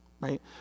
right